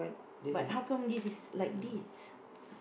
but how come this is like this